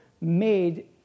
made